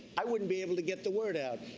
i wouldn't be able to get the word out.